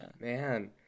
Man